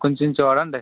కొంచెం చూడండి